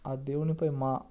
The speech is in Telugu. ఆ దేవునిపై మా